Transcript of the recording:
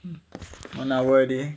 one hour day